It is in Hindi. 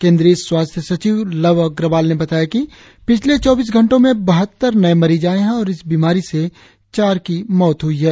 केंद्रीय स्वास्थ्य सचिव लव अग्रवाल ने बताया कि पिछले चौबीस घंटों में बहत्तर नए मरीज आएं है और इस बीमारी से चार की मौत हुई है